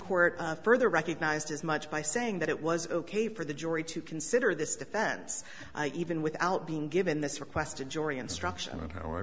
court further recognized as much by saying that it was ok for the jury to consider this defense even without being given this request a jury instruction o